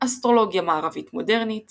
אסטרולוגיה מערבית מודרנית